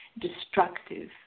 destructive